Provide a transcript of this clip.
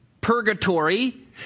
Purgatory